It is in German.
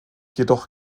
jedoch